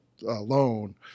loan